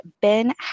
Ben